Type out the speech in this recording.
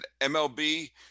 MLB